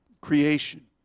creation